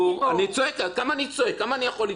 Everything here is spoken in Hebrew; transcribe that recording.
כמה אני יכול לצעוק?